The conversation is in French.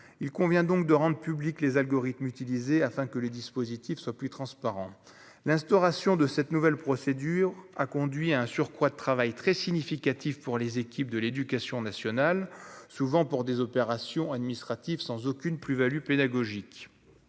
il convient donc de rendre publics les algorithmes utilisés afin que les dispositifs soient plus transparents, l'instauration de cette nouvelle procédure a conduit à un surcroît de travail très significative pour les équipes de l'éducation nationale, souvent pour des opérations administratives sans aucune plus Value pédagogique